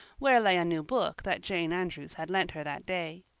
where lay a new book that jane andrews had lent her that day.